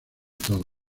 todos